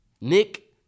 Nick